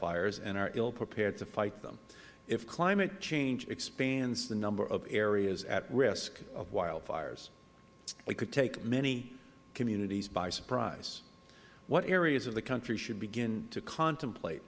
fires and are ill prepared to fight them if climate change expands the number of areas at risk of wildfires it could take many communities by surprise what areas of the country should begin to contemplate